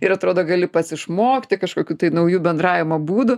ir atrodo gali pats išmokti kažkokių naujų bendravimo būdų